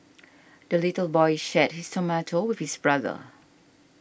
the little boy shared his tomato with his brother